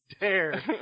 dare